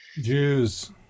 Jews